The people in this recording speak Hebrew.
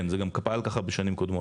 כן, זה גם פעל ככה בשנים קודמות.